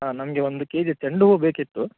ಹಾಂ ನನಗೆ ಒಂದು ಕೆ ಜಿ ಚೆಂಡು ಹೂ ಬೇಕಿತ್ತು